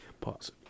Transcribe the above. Pause